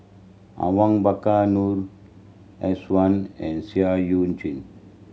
Awang Bakar Noor S one and Seah Eu Chin